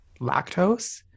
lactose